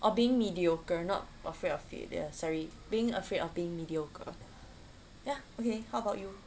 or being mediocre not afraid of failure sorry being afraid of being mediocre ya okay how about you